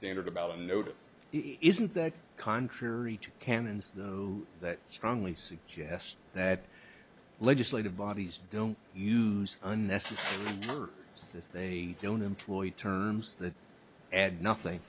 standard about notice isn't that contrary to canons though that strongly suggest that legislative bodies don't use unnecessary since they don't employ terms that add nothing